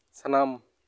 ᱥᱟᱱᱟᱢ